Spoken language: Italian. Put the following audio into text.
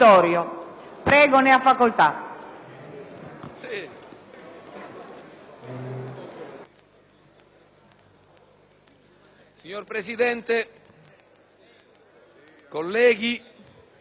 Signora Presidente, colleghi, attendo